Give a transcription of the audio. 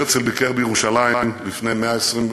הרצל ביקר בירושלים לפני 120,